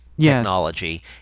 technology